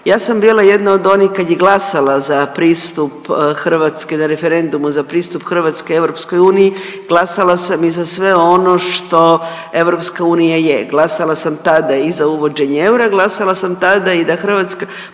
ja sam bila jedna od onih kad je glasala za pristup Hrvatske na referendumu za pristup Hrvatske EU, glasala sam i za sve ono što EU, glasala sam tada i za uvođenje eura, glasala sam tada i da Hrvatska